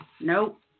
Nope